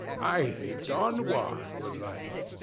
i think don juan would like it.